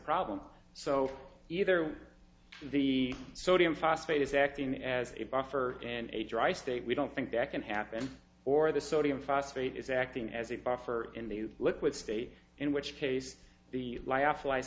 problem so either the sodium phosphate is acting as a buffer in a dry state we don't think that can happen or the sodium phosphate is acting as a buffer in the liquid state in which case the la